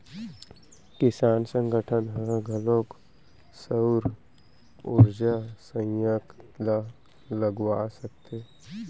किसान संगठन ह घलोक सउर उरजा संयत्र ल लगवा सकत हे